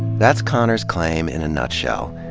that's konner's claim, in a nutshell,